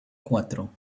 cuatro